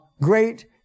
great